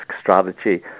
strategy